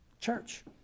church